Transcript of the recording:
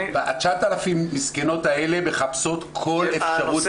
ה-9,000 מסכנות האלה מחפשות כל אפשרות --- בסדר,